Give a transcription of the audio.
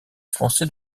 français